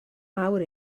mawr